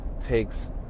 takes